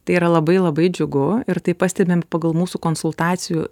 tai yra labai labai džiugu ir tai pastebime pagal mūsų konsultacijų